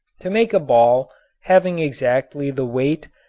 to make a ball having exactly the weight,